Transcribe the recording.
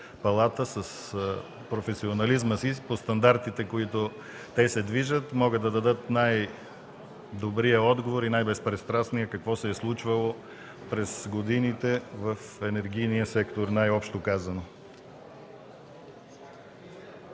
палата, с професионализма си – по стандартите, по които те се движат, могат да дадат най-добрия, най-безпристрастния отговор какво се е случвало през годините в енергийния сектор, най-общо казано.